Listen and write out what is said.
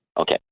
Okay